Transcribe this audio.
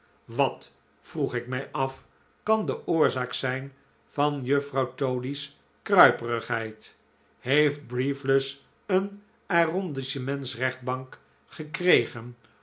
wat vroeg ik mij af kan de oorzaak zijn van juffrouw toady's kruiperigheid heeft briefless een arrondissementsrechtbank gekregen